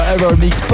Evermix